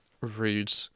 rude